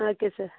okay sir